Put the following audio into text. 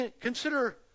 consider